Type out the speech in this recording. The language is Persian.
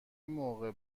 موقع